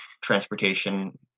transportation